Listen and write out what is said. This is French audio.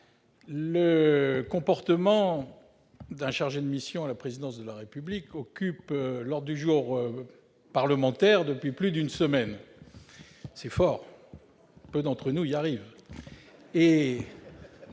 le comportement d'un chargé de mission à la présidence de la République occupe l'ordre du jour parlementaire depuis plus d'une semaine. C'est fort, peu d'entre nous y arrivent